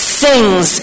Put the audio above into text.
sings